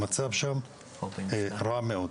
המצב שם רב מאוד.